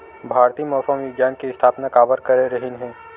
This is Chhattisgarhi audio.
भारती मौसम विज्ञान के स्थापना काबर करे रहीन है?